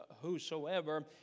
whosoever